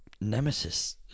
nemesis